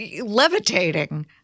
levitating